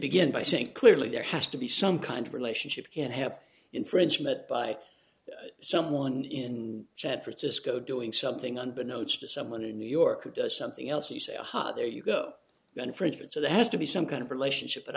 begin by saying clearly there has to be some kind of relationship can't have infringement by someone in san francisco doing something on the notes to someone in new york or does something else you say aha there you go then for it so there has to be some kind of relationship but